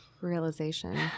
realization